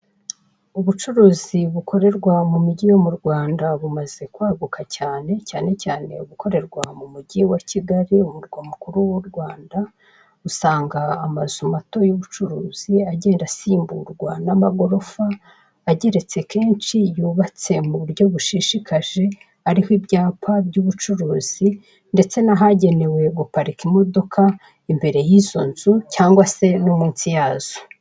Ubucuruzi bukorerwa mu mijyi yo mu Rwanda bumaze kwaguka cyane, cyane cyane ubukorerwa mu mujyi wa Kigali umurwa mukuru w'u Rwanda, usanga amazu mato y'ubucuruzi agenda asimburwa n'amagorofa ageretse kenshi yubatse mu buryo bushishikaje ariho ibyapa by'ubucuruzi ndetse n'ahagenewe guparika imodoka imbere y'izo nzu cyangwa se no munsi yazo.